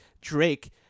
Drake